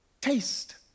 taste